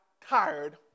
tired